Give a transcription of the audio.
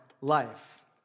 life